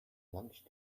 lunch